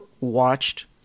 watched